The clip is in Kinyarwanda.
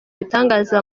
ibitangaza